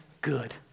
good